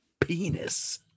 penis